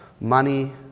money